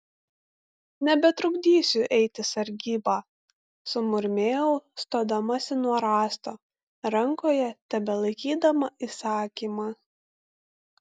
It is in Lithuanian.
nebetrukdysiu eiti sargybą sumurmėjau stodamasi nuo rąsto rankoje tebelaikydama įsakymą